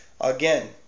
Again